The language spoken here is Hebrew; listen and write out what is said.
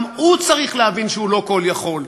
גם הוא צריך להבין שהוא לא כול-יכול,